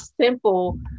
simple